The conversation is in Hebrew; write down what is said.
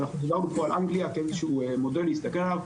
אנחנו דיברנו פה על אנגליה כאיזה שהוא מודל להסתכל עליו.